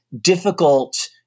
difficult